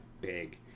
big